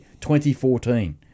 2014